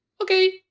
okay